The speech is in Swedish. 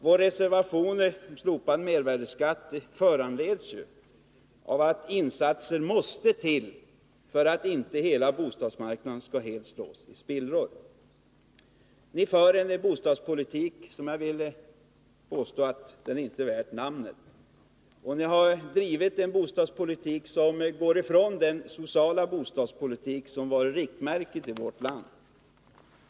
Vår reservation om slopande av mervärdeskatten för visst bostadsbyggande föranleds ju av att insatser måste till för att inte hela bostadsmarknaden helt skall slås i spillror. Ni för en bostadspolitik som jag vill påstå inte är värd namnet. Och ni har drivit en bostadspolitik som avviker från den sociala bostadspolitik som varit ett riktmärke i vårt land.